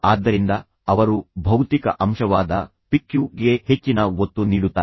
ಆದ್ದರಿಂದ ಅವರು ಭೌತಿಕ ಅಂಶವಾದ ಪಿಕ್ಯೂ ಗೆ ಹೆಚ್ಚಿನ ಒತ್ತು ನೀಡುತ್ತಾರೆ